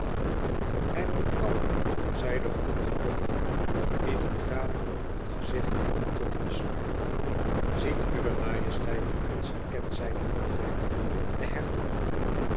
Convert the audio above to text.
hij wordt kalmer zei de goedige dokter wien de tranen over het gezicht liepen tot oscar ziet uwe majesteit de prins herkent zijne hoogheid den hertog